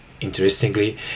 interestingly